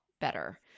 better